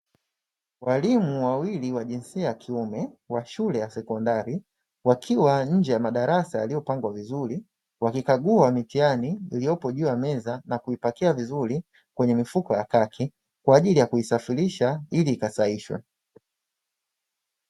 Walimu wawili wa jinsia ya kiume wa shule ya sekondari wakiwa nje ya madarasa yaliyopangwa vizuri, wakikagua mitihani iliyopo juu ya meza na kuipakia vizuri kwenye mifuko ya kaki kwa ajili ya kuisafirisha ili ikasahishwe.